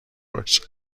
باشه